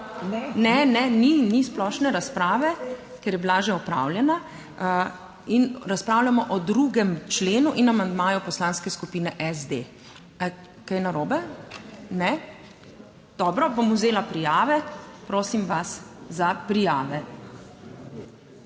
Ne, ni splošne razprave, ker je bila že opravljena. Razpravljamo o 2. členu in amandmaju Poslanske skupine SD. Ali je kaj narobe? Ne. Dobro, bom vzela prijave. Prosim vas za prijave.